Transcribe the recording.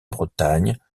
bretagne